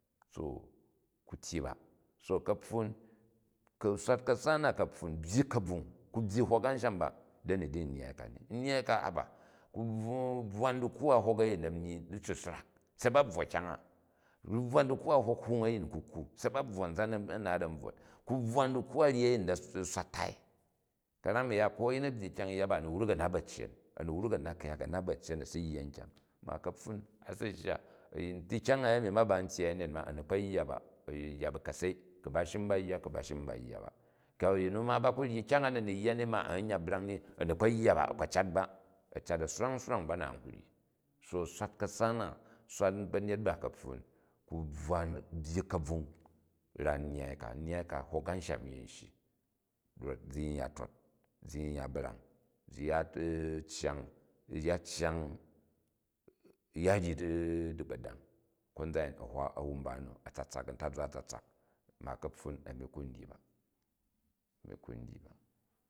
So ku tyyi ba, so ka̱pfun, ku̱ swat ka̱sa na ka̱pfun byyi kabvung, ku byyi hok anshanu ba dani di nnyyai kani. Nnyyai ka haba, ku bvwan dikwu a hok a̱yin na̱ nyyi diccu srak se ba bvwo kyang, ku bvwan dikwu a hok hung a̱yin ku kwu, se ba bvwo a̱nzan a naal a̱n bvwot, ku bvwan dikwu ar ryi a̱yin na̱ swat tai, ka̱ran a̱ya ko a̱yin, a̱ hyyi kyang yya ba, a̱ni wruk a, a̱ nat ba̱cyen a̱ ni wruk a nat ku̱yak a nat bacyen a̱ ci yya nkyang. Ma kapfun a si shya di kyang a yeni ma ba n tyyi a̱yanyet ma a̱ni kpo yya ba a̱ yya bu ka̱sei, ku̱ ba shim ba yya, ku ba shin ba yya ba. To ayim ba ku raji kyang a na̱ ni yya ni ma aa̱ ni n ya brang ni, a̱ ni kpo yya ba a̱ kpo cat ba, a̱ cat a swrang swrang ba na n ku nji. So swat kasa na, swat ba̱nyet ba ka̱pfun, ku bvwan, bjyi ka̱bvung van nnyyan ka, nnyyai ka hok amsahn yin shyi rot zi yin ya tat, zi yin ya brang zi ya cyang, u cryang u ya ryi digbodang, kozan a̱yin a hwa a̱wunba in a tsatsak, an tazma a̱lsatsak ma kapfun a̱ni ku u dyi ba, ani ku ndyi ba.